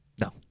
No